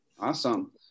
Awesome